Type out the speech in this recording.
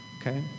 okay